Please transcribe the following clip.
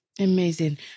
Amazing